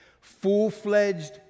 Full-fledged